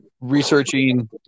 researching